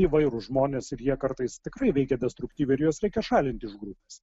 na įvairūs žmonės ir jie kartais tikrai veikia destruktyviai ir juos reikia šalinti iš grupės